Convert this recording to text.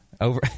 Over